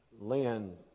Lynn